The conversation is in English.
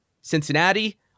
Cincinnati